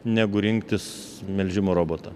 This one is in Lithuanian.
negu rinktis melžimo robotą